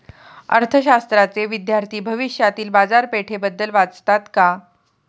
अर्थशास्त्राचे विद्यार्थी भविष्यातील बाजारपेठेबद्दल वाचतात का?